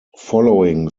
following